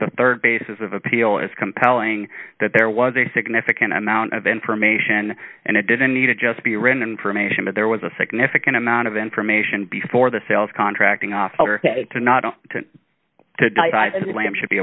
the rd basis of appeal is compelling that there was a significant amount of information and it didn't need to just be written information but there was a significant amount of information before the sales contracting officer to not